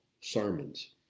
sermons